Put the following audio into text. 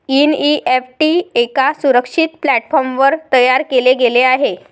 NEFT एका सुरक्षित प्लॅटफॉर्मवर तयार केले गेले आहे